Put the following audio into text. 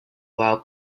allow